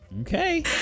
Okay